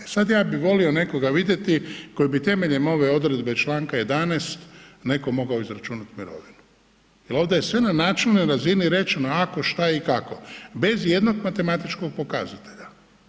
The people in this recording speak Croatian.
Sad, ja bi volio nekoga vidjeti tko bi temeljem ove odredbe čl. 11. nekom mogao izračunati mirovinu jer ovdje je sve na načelnoj razini rečeno, ako, što i kako, bez i jednog matematičkog pokazatelja.